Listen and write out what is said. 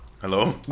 Hello